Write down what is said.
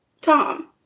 Tom